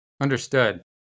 Understood